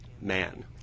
Man